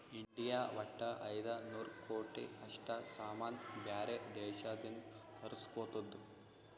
India ವಟ್ಟ ಐಯ್ದ ನೂರ್ ಕೋಟಿ ಅಷ್ಟ ಸಾಮಾನ್ ಬ್ಯಾರೆ ದೇಶದಿಂದ್ ತರುಸ್ಗೊತ್ತುದ್